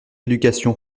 éducation